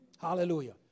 Hallelujah